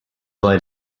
light